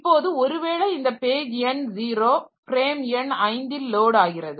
இப்போது ஒரு வேளை இந்த பேஜ் எண் 0 ஃப்ரேம் எண் 5 ல் லோடு ஆகிறது